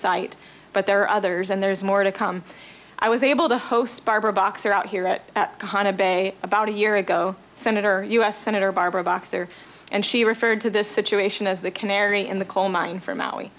site but there are others and there's more to come i was able to host barbara boxer out here at bay about a year ago senator u s senator barbara boxer and she referred to this situation as the canary in the coal mine from maui